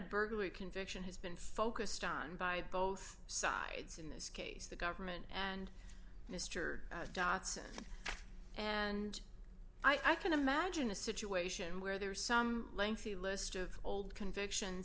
burglary conviction has been focused on by both sides in this case the government and mr dotson and i can imagine a situation where there is some lengthy list of old convictions